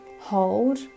hold